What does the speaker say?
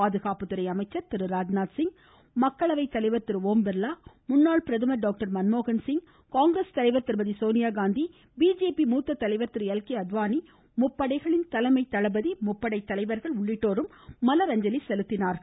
பாதுகாப்புத்துறை அமைச்சர் திரு ராஜ்நாத்சிங் மக்களவை தலைவர் திரு ஒம்பிர்லா முன்னாள் பிரதமர் டாக்டர் மன்மோகன்சிங் காங்கிரஸ் தலைவர் திருமதி சோனியா காந்தி பிஜேபி மூத்த தலைவர் திரு எல் கே அத்வானி முப்படைகளின் தலைமை தளபதி முப்படை தலைவர்கள் உள்ளிட்டோரும் மலரஞ்சலி செலுத்தினார்கள்